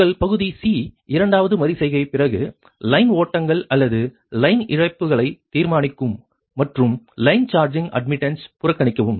உங்கள் பகுதி C இரண்டாவது மறு செய்கை பிறகு லைன் ஓட்டங்கள் அல்லது லைன் இழப்புகளைத் தீர்மானிக்கும் மற்றும் லைன் சார்ஜிங் அட்மிட்டன்ஸ் புறக்கணிக்கவும்